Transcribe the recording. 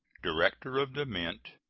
director of the mint,